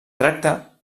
tracta